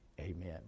amen